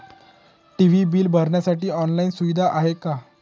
TV bill भरण्यासाठी online सुविधा आहे का?